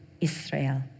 Israel